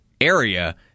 area